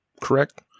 correct